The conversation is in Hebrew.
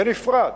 בנפרד,